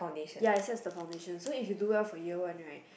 ya except the foundation so if you do well for year one right